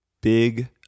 Big